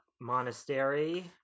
monastery